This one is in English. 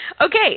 Okay